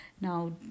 now